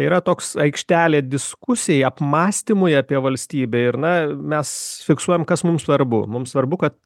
yra toks aikštelė diskusijai apmąstymui apie valstybę ir na mes fiksuojam kas mum svarbu mum svarbu kad